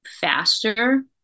faster